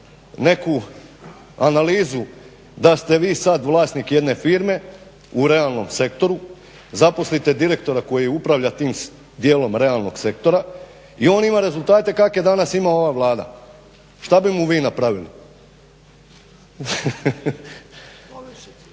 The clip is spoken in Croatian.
neku analizu da ste vi sad vlasnik jedne firme u realnom sektoru, zaposlite direktora koji upravlja tim dijelom realnog sektora i on ima rezultate kakve danas ima ova Vlada što bi mu vi napravili?